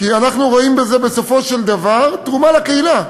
כי אנחנו רואים בזה בסופו של דבר תרומה לקהילה.